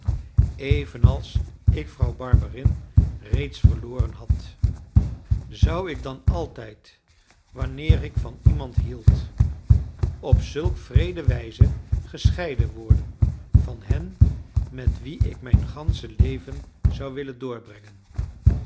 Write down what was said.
evenals ik vrouw barberin reeds verloren had zou ik dan altijd wanneer ik van iemand hield op zulk wreede wijze gescheiden worden van hen met wie ik mijn ganse leven zou willen doorbrengen